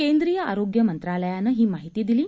केंद्रीय आरोग्य मंत्रालयानं ही माहिती दिली आहे